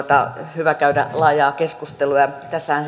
hyvä käydä laajaa keskustelua ja tässähän